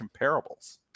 comparables